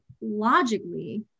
logically